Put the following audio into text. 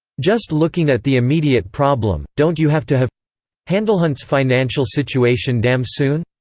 just looking at the immediate problem, don't you have to have handle hunt's financial situation damn soon,